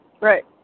Right